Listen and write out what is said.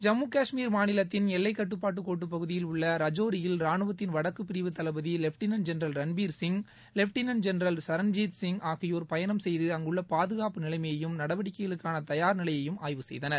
ஜம்மு கஷ்மீர் மாநிலத்தின் எல்லைக்கட்டுப்பாட்டு கோடு பகுதியில் உள்ள ரஜோரியில் ரானுவத்தின் வடக்குப் பிரிவு தளபதி lieutenant general Ranbir Singh lieutenant general Charanjeet Singh ஆகியோர் பயணம் செய்து அங்குள்ள பாதுகாப்பு நிலைமையையும் நடவடிக்கைகளுக்கான தயார் நிலையையும் ஆய்வு செய்தனர்